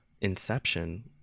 inception